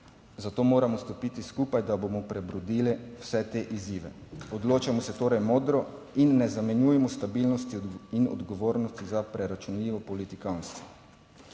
zato moramo stopiti skupaj, da bomo prebrodili vse te izzive. Odločamo se torej modro in ne zamenjujmo stabilnosti in odgovornosti za preračunljivo politikantstvo.